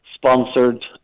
Sponsored